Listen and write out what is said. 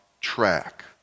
track